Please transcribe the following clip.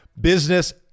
business